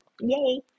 Yay